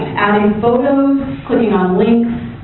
adding photos, clicking on links,